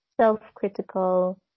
self-critical